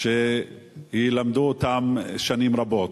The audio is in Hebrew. שילמדו אותן שנים רבות.